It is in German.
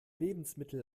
lebensmittel